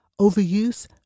Overuse